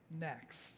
next